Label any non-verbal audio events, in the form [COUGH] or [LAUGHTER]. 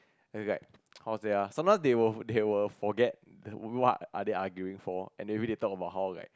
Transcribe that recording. and is like [NOISE] how to say ah sometimes they will they will forget what are they arguing for and they and maybe they talk about how like